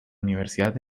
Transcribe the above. universidad